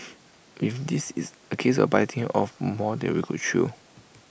even this is A case of biting off more than we could chew